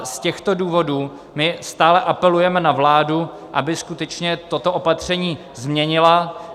Z těchto důvodů my stále apelujeme na vládu, aby skutečně toto opatření změnila.